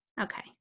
Okay